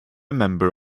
member